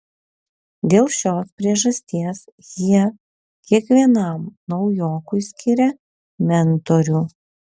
dėl šios priežasties jie kiekvienam naujokui skiria mentorių